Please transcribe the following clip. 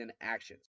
actions